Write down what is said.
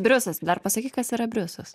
briusas dar pasakyk kas yra briusas